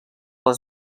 les